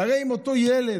הרי אם אותו ילד,